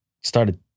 started